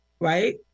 Right